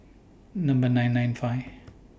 Number nine nine five